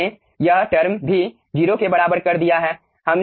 हमने यह टर्म भी 0 के बराबर कर दिया है